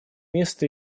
места